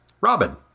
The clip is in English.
Robin